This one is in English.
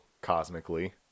cosmically